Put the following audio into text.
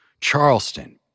Charleston